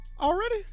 already